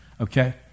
okay